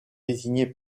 désigné